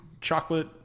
chocolate